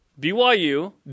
BYU